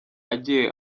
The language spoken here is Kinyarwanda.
agiye